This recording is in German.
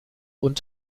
und